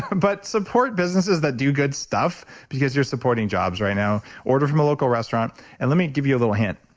but support businesses that do good stuff because you're supporting jobs right now, order from a local restaurant and let me give you a little hint,